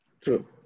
True